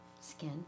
Skin